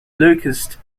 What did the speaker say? locust